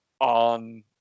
on